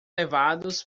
levados